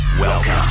Welcome